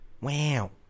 Wow